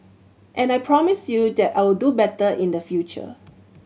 and I promise you that I will do better in the future